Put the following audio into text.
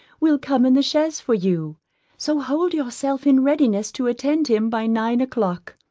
will come in the chaise for you so hold yourself in readiness to attend him by nine o'clock.